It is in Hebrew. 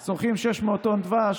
אז צורכים 600 טון דבש,